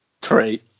three